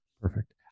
Perfect